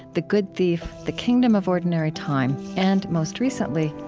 the good thief, the kingdom of ordinary time, and most recently,